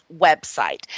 website